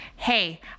Hey